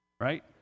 Right